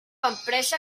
empresa